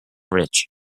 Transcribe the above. rich